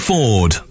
Ford